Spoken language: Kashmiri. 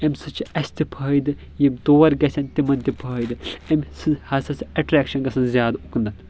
امہِ سۭتۍ چھ اسہِ تہِ فٲیِدٕ یِم تور گژھَن تِمن تہِ فٲیِدٕ امہِ سۭتۍ ہسا چھِ اٮ۪ٹریکشن گژھان زیادٕ اُکُنتھ